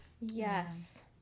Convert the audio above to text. Yes